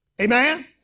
Amen